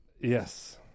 Yes